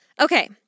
Okay